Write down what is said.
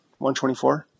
124